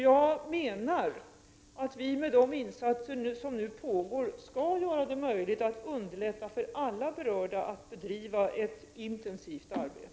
Jag menar att vi med de insatser som nu pågår skall underlätta för alla berörda att bedriva ett intensivt arbete.